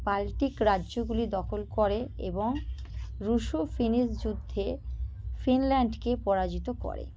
Baltic রাজ্যগুলি দখল করে এবং রুশ ও ফিনিশ যুদ্ধে ফিনল্যান্ডকে পরাজিত করে